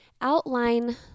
outline